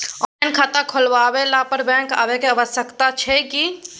Online खाता खुलवैला पर बैंक आबै के आवश्यकता छै की?